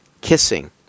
Kissing